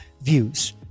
views